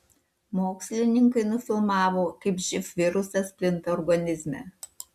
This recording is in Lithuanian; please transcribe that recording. mokslininkai nufilmavo kaip živ virusas plinta organizme